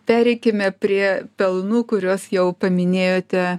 pereikime prie pelnų kuriuos jau paminėjote